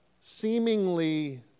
seemingly